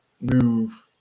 move